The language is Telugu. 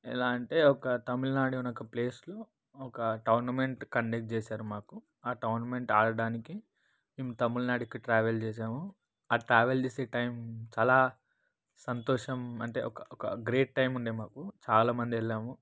ఎలా అంటే ఒక తమిళనాడు అనే ఒక ప్లేసులో ఒక టోర్నమెంట్ కండక్ట్ చేసారు మాకు టోర్నమెంట్ ఆడటానికి మేం తమిళనాడుకి ట్రావెల్ చేసాము ట్రావెల్ చేసే టైం చాలా సంతోషం అంటే ఒక ఒక గ్రేట్ టైం ఉంది మాకు చాలా మందెళ్ళాము